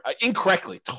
incorrectly